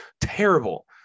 terrible